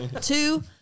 two